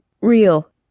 Real